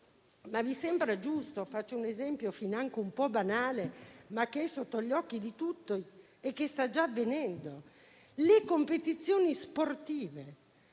Ma vi sembra giusto - faccio un esempio finanche un po' banale, ma che è sotto gli occhi di tutti e che sta già avvenendo - che nelle competizioni sportive